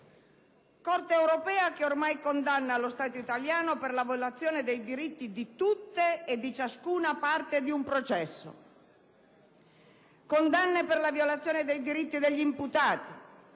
Corte europea ormai condanna lo Stato italiano per la violazione dei diritti di tutte e di ciascuna parte di un processo: condanne per la violazione dei diritti degli imputati,